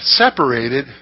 separated